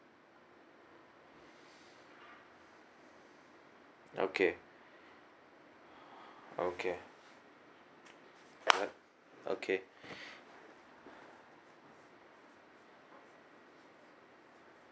okay okay clap okay